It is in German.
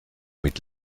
mit